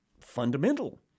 fundamental